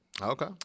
Okay